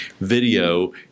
video